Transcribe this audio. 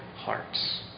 hearts